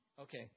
Okay